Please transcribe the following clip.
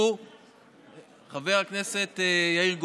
חבר הכנסת יאיר גולן,